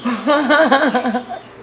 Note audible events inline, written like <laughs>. <laughs>